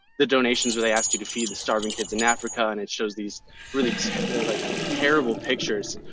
the donations where they asked you to feed the starving kids in africa, and it shows these really, really like terrible pictures.